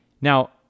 Now